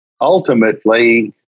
ultimately